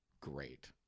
great